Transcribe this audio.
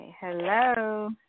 Hello